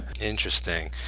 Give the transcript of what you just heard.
Interesting